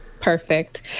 Perfect